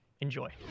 Enjoy